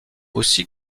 aussi